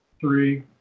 three